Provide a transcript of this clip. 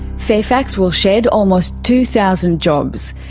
fairfax will shed almost two thousand jobs.